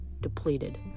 depleted